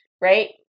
Right